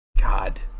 God